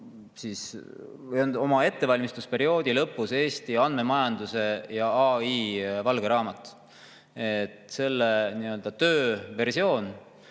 on oma ettevalmistusperioodi lõpus Eesti andmemajanduse ja AI valge raamat. Selle tööversiooni